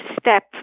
step